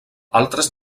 altres